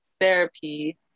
therapy